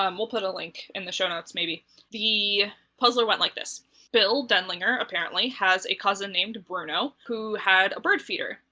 um we'll put a link in the show notes maybe. sarah the puzzler went like this bill denlinger apparently has a cousin named bruno who had a bird feeder.